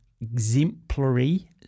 exemplary